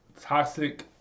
Toxic